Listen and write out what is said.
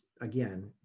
again